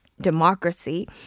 democracy